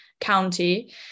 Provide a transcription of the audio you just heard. county